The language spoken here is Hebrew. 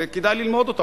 וכדאי ללמוד אותה,